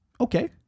okay